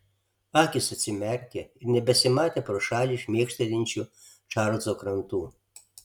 akys atsimerkė ir nebesimatė pro šalį šmėkštelinčių čarlzo krantų